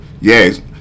Yes